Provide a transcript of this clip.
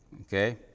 Okay